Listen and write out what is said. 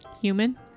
Human